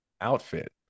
outfit